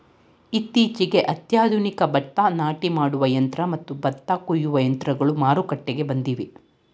ಇತ್ತೀಚೆಗೆ ಅತ್ಯಾಧುನಿಕ ಭತ್ತ ನಾಟಿ ಮಾಡುವ ಯಂತ್ರ ಮತ್ತು ಭತ್ತ ಕೊಯ್ಯುವ ಯಂತ್ರಗಳು ಮಾರುಕಟ್ಟೆಗೆ ಬಂದಿವೆ